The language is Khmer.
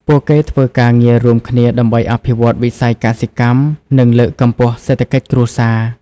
ពួកគេធ្វើការងាររួមគ្នាដើម្បីអភិវឌ្ឍវិស័យកសិកម្ម និងលើកកម្ពស់សេដ្ឋកិច្ចគ្រួសារ។